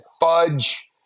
fudge